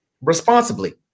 responsibly